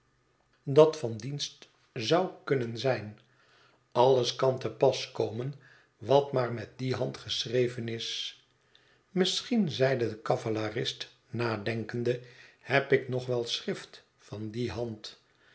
dat van dienst zou kunnen zijn alles kan te pas komen wat maar met die hand geschreven is misschien zeide de cavalerist nadenkende heb ik nog wel schrift van die hand